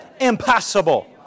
impossible